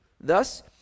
thus